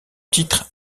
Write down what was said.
titre